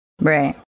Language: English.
Right